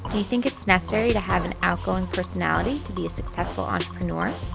do you think it's necessary to have an outgoing personality to be a successful entrepreneur?